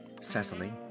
Cecily